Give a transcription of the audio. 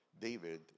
David